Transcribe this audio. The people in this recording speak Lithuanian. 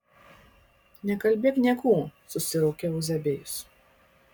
nekalbėk niekų susiraukė euzebijus